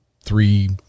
three